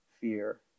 fear